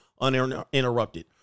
uninterrupted